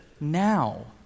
now